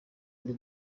ari